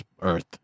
earth